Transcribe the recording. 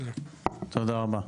תודה רבה.